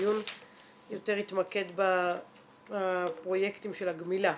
הדיון יותר התמקד בפרויקטים של הגמילה.